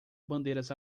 bandeiras